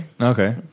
Okay